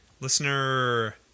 Listener